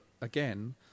again